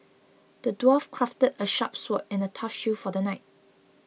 the dwarf crafted a sharp sword and a tough shield for the knight